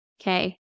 okay